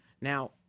Now